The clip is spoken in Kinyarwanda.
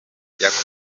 yakoze